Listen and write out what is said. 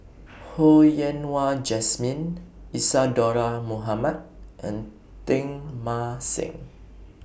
Ho Yen Wah Jesmine Isadhora Mohamed and Teng Mah Seng